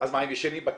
אז מה הם ישנים בקהילה?